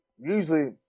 usually